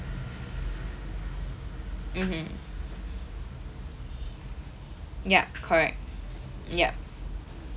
mmhmm yup correct yup